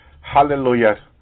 hallelujah